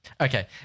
Okay